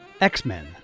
X-Men